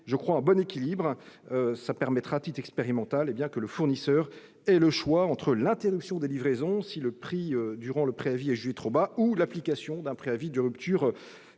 un bon équilibre. Cela permettra, à titre expérimental, que le fournisseur ait le choix entre l'interruption des livraisons, si le prix durant le préavis est jugé trop bas, ou l'application d'un préavis de rupture